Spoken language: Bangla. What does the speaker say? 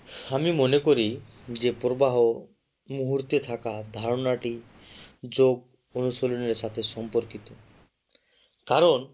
আমি মনে করি যে প্রবাহ মুহূর্তে থাকা ধারণাটি যোগ অনুশীলনের সাথে সম্পর্কিত কারণ